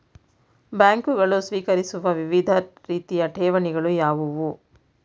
ಬ್ಯಾಂಕುಗಳು ಸ್ವೀಕರಿಸುವ ವಿವಿಧ ರೀತಿಯ ಠೇವಣಿಗಳು ಯಾವುವು?